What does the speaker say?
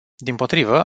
dimpotrivă